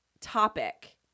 topic